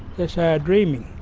that's our dreaming.